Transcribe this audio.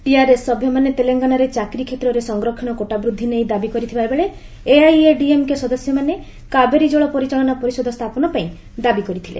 TRS ସଭ୍ୟମାନେ ତେଲେଙ୍ଗାନାରେ ଚାକିରୀ କ୍ଷେତ୍ରରେ ସଂରକ୍ଷଣ କୋଟା ବୃଦ୍ଧି ନେଇ ଦାବି କରିଥିବା ବେଳେ ଏଆଇଏଡିଏମ୍କେ ସଦସ୍ୟମାନେ କାବେରୀ ଜଳ ପରିଚାଳନା ପରିଷଦ ସ୍ଥାପନ ପାଇଁ ଦାବି କରିଥିଲେ